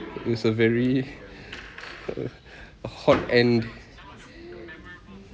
it's a very uh hot and